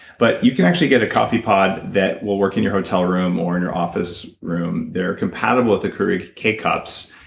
but you can actually get a coffee pod that will work in your hotel room or in your office room, that are compatible with the keurig kcups,